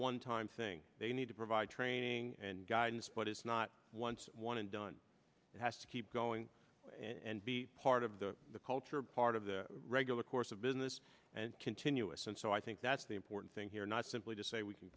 one time thing they need to provide training and guidance but it's not once one and done it has to keep going and be part of the culture part of the regular course of business and continuous and so i think that's the important thing here not simply to say we